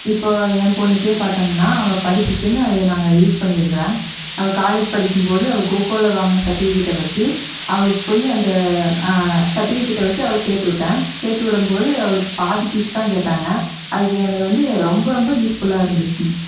இப்போது என் பொண்ணுக்கே பார்த்தோங்கனா அவள் படிப்புக்குன்னு அது நாங்கள் யூஸ் பண்ணி இருக்கிறோம் அவள் காலேஜ் படிக்கும்போது அவள் கொக்கோவில வாங்கின சர்ட்டிவிகேட்டை வச்சு அவளுக்கு போய் அந்த சர்ட்டிவிகேட்டை வச்சு அவளை சேர்த்துவிட்டேன் சேர்த்துவுடம்போது அவளுக்கு பாதி பீஸ் தான் கேட்டாங்கள் அதுக்கு எனக்கு வந்து ரொம்ப ரொம்ப யூஸ்ஃபுல்லாக இருந்துச்சிங்க